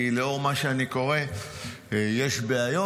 כי לאור מה שאני קורא יש בעיות.